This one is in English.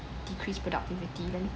decreased productivity when